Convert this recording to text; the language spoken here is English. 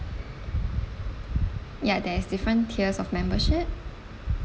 ya there is different tiers of membership